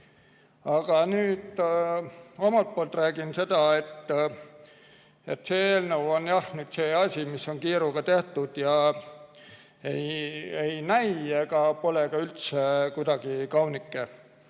nüüd ma omalt poolt räägin seda, et see eelnõu on nüüd jah asi, mis on kiiruga tehtud ja ei näi ega ka ole üldse kuidagi kaunike.